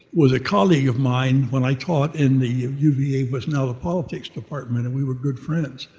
was a colleague of mine when i taught in the uva was now the politics department, and we were good friends.